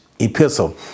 epistle